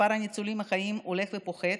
מספר הניצולים החיים הולך ופוחת,